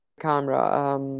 Camera